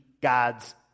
God's